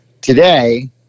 today